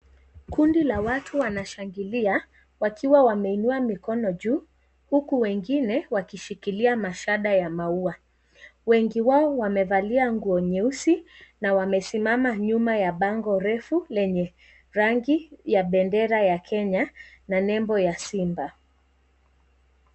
Kundi la watu wanashangilia, wakiwa wameinua mkono juu uku wengine wakishikilia mashada ya maua. Wengi wao wamevalia nguo nyeusi, na wamesimama nyuma ya pango refu yenye rangi ya bendera ya Kenya, na nembo ya simba.